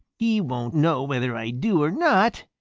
he won't know whether i do or not,